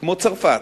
כמו צרפת,